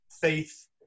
faith